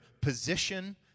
position